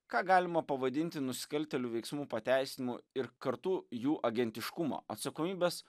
ką galima pavadinti nusikaltėlių veiksmų pateisinimu ir kartu jų agentiškumo atsakomybės